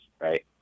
right